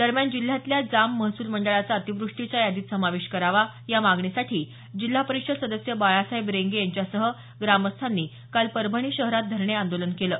परभणी जिल्ह्यातल्या जांब महसूल मंडळाचा अतिवृष्टीच्या यादीत समावेश करावा या मागणीसाठी जिल्हा परिषद सदस्य बाळासाहेब रेंगे यांच्यासह ग्रामस्थांनी काल परभणी शहरात धरणे आंदोलन केलं